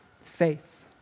faith